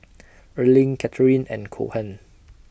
Erling Katheryn and Cohen